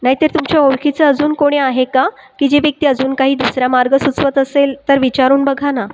नाही तर तुमच्या ओळखीचं अजून कोणी आहे का की जी व्यक्ती अजून काही दुसरा मार्ग सुचवत असेल तर विचारून बघा ना